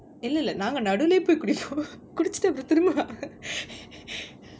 இல்லல்ல நாங்க நடுவுலயே போய் குடிப்போம்:illalla naanga naduvulayae poi kudippom குடிச்சுட்டு அப்பறம் திரும்ப:kudichuttu apparam thirumba